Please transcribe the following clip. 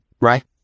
right